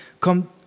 come